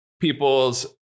people's